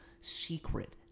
secret